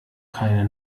keine